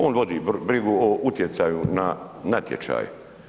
On vodi brigu o utjecaju na natječaju.